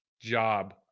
job